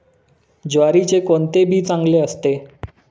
ज्वारीचे कोणते बी चांगले असते?